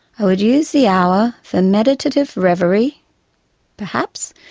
i would use the hour for meditative reverie perhaps,